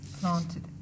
planted